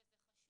וזה חשוב,